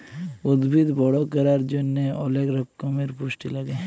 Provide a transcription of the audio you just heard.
উদ্ভিদ বড় ক্যরার জন্হে অলেক রক্যমের পুষ্টি লাগে